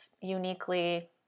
uniquely